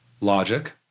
Logic